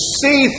see